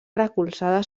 recolzada